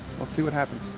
let's see what happens.